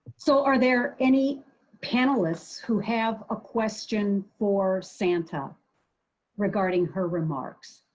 so, are there any panelists who have a question for santa regarding her remarks?